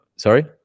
sorry